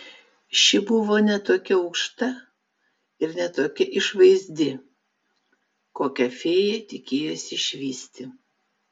ši buvo ne tokia aukšta ir ne tokia išvaizdi kokią fėja tikėjosi išvysti